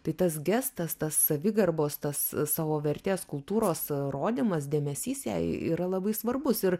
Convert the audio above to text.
tai tas gestas tas savigarbos tas savo vertės kultūros rodymas dėmesys jai yra labai svarbus ir